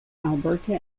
alberta